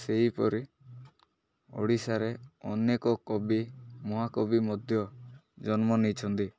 ସେହିପରି ଓଡ଼ିଶାରେ ଅନେକ କବି ମହାକବି ମଧ୍ୟ ଜନ୍ମ ନେଇଛନ୍ତି